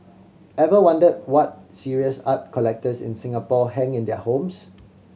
ever wondered what serious art collectors in Singapore hang in their homes